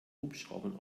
hubschraubern